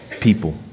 people